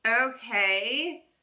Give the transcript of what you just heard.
okay